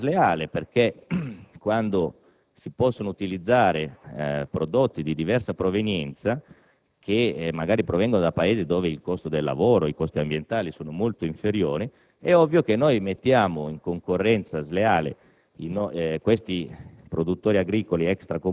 questo anche per garantirci dalla concorrenza sleale. Quando si possono utilizzare prodotti di diversa provenienza, magari di Paesi dove i costi del lavoro e ambientali sono molto inferiori, ovviamente mettiamo in concorrenza sleale